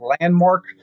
landmark